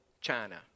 China